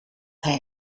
hij